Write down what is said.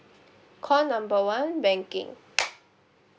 call number one banking